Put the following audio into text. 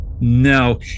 No